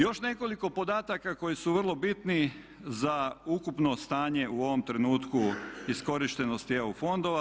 Još nekoliko podataka koji su vrlo bitni za ukupno stanje u ovom trenutku iskorištenosti EU fondova.